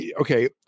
Okay